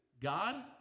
God